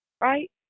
right